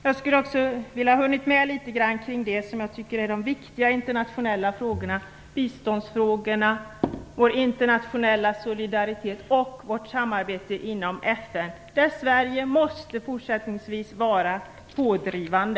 Jag skulle också ha velat hinna med litet grand kring det som jag tycker är de viktiga internationella frågorna: biståndsfrågorna, vår internationella solidaritet och vårt samarbete inom FN, där Sverige fortsättningsvis måste vara pådrivande.